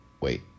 wait